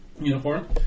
uniform